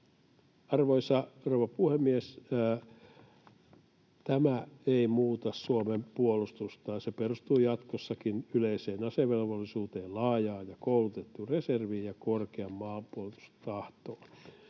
rouva puhemies! Tämä ei muuta Suomen puolustusta. Se perustuu jatkossakin yleiseen asevelvollisuuteen, laajaan ja koulutettuun reserviin ja korkeaan maanpuolustustahtoon.